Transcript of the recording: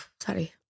Sorry